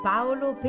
Paolo